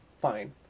fine